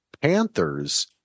Panthers